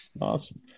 awesome